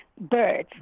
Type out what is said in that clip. Birds